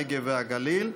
הנגב והגליל.